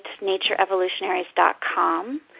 natureevolutionaries.com